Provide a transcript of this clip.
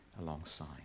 alongside